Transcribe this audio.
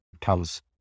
comes